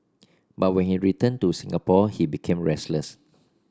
but when he returned to Singapore he became restless